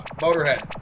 Motorhead